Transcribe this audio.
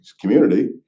community